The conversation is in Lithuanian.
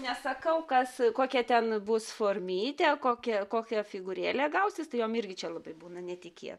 nesakau kas kokia ten bus formytė kokia kokia figūrėlė gausis tai jom irgi čia labai būna netikė